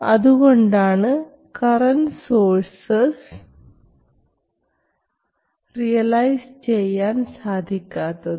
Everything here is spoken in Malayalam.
അതുകൊണ്ടാണ് കറൻറ് സോഴ്സസ് റിയലൈസ് ചെയ്യാൻ സാധിക്കാത്തത്